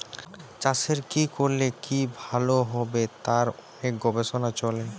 চাষের কি করলে কি ভালো হবে তার অনেক গবেষণা চলে